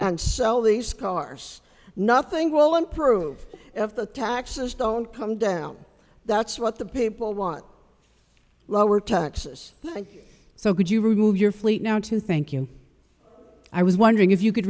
and sell these cars nothing will improve if the taxes don't come down that's what the people want lower taxes so could you remove your fleet now to thank you i was wondering if you could